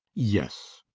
yes.